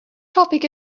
topic